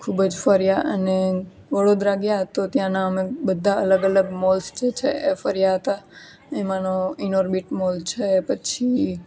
ખૂબ જ ફર્યા અને વડોદરા ગ્યાં તો ત્યાંના અમે બધા અલગ અલગ મોલ્સ જે છે એ ફર્યા હતા એમાંનો ઇનોરબીટ મોલ છે પછી